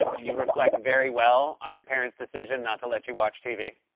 ah you reflect very well on your parents' decision not to let you watch tv?